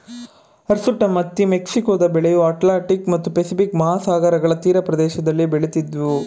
hirsutum ಹತ್ತಿ ಮೆಕ್ಸಿಕೊದ ಬೆಳೆಯು ಅಟ್ಲಾಂಟಿಕ್ ಮತ್ತು ಪೆಸಿಫಿಕ್ ಮಹಾಸಾಗರಗಳ ತೀರಪ್ರದೇಶದಲ್ಲಿ ಬೆಳಿತಿದ್ವು